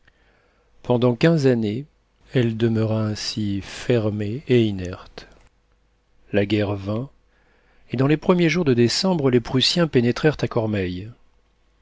pendant quinze années elle demeura ainsi fermée et inerte la guerre vint et dans les premiers jours de décembre les prussiens pénétrèrent à cormeil